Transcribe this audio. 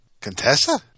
contessa